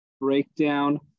breakdown